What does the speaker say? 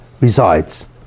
resides